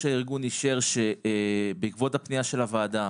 הארגון אישור שבעקבות הפנייה של הוועדה,